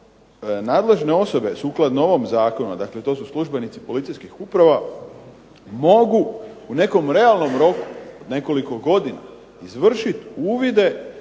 nadležne osobe, sukladno ovom zakonu, a dakle to su službenici policijskih uprava, mogu u nekom realnom roku od nekoliko godina, izvršit uvide